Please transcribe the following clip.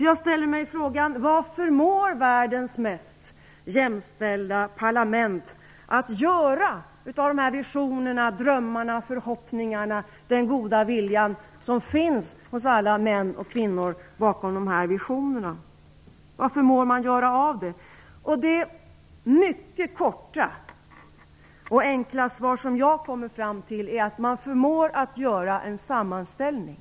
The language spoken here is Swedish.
Jag ställer mig frågan: Vad förmår världens mest jämställda parlament att göra av dessa visioner, drömmar, förhoppningar och den goda vilja som finns hos alla män och kvinnor bakom de här visionerna? Vad förmår man göra av det? Det mycket korta och enkla svar som jag kommer fram till är att man förmår att göra en sammanställning.